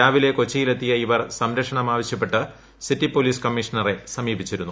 രാവിലെ കൊച്ചിയിലെത്തിയ ഇവർ സംരക്ഷണം ആവിശ്യപ്പെട്ട് സിറ്റി പൊലീസ് കമ്മീഷ്ണറെ സമീപിച്ചിരുന്നു